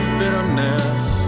bitterness